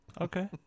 Okay